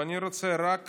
אני רוצה רק